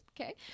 okay